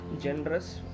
generous